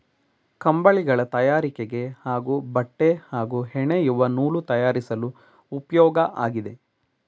ಕಂಬಳಿಗಳ ತಯಾರಿಕೆಗೆ ಹಾಗೂ ಬಟ್ಟೆ ಹಾಗೂ ಹೆಣೆಯುವ ನೂಲು ತಯಾರಿಸಲು ಉಪ್ಯೋಗ ಆಗಿದೆ